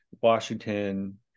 Washington